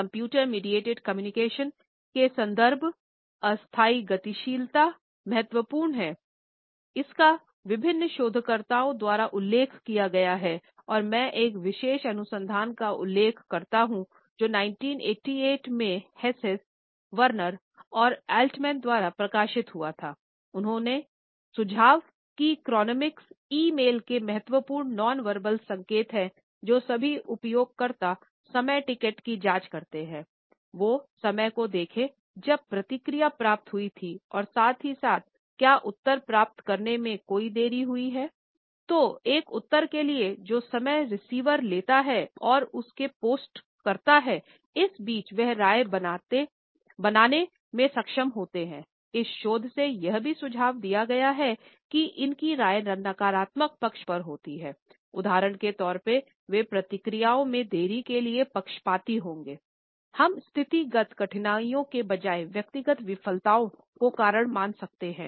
computer mediated संचार का प्रयोग होता है